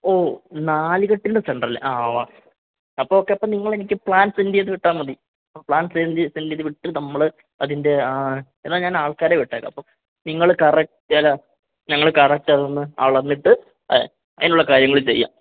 ഓ നാലുകെട്ടിൻ്റെ സെൻ്റർ അല്ലേ ആ ഉവ്വ് ആ അപ്പോൾ ഓക്കേ നിങ്ങൾ എനിക്ക് പ്ലാൻ സെൻ്റ് ചെയ്തുവിട്ടാൽ മതി പ്ലാൻ സെൻ്റ് ചെയ്തു വിട്ട് നമ്മൾ അതിൻ്റെ ആ എന്നാ ഞാൻ ആൾക്കാരെ വിട്ടേക്കാം അപ്പം നിങ്ങൾ കറക്റ്റ് അല്ല ഞങ്ങൾ കറക്റ്റ് അതൊന്ന് അളന്നിട്ട് അതിനുള്ള കാര്യങ്ങൾ ചെയ്യാം